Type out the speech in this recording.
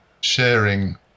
sharing